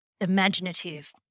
imaginative